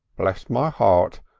bless my heart!